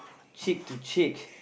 cheek to cheek